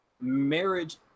marriage